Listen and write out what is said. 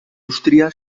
indústria